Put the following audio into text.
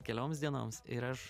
kelioms dienoms ir aš